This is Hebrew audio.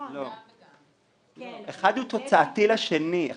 אחד הוא תוצאתי לשני.